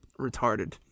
retarded